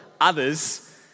others